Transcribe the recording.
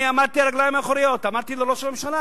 עמדתי על הרגליים האחוריות ואמרתי לראש הממשלה,